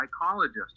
psychologist